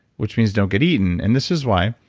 which means don't get eaten. and this is why.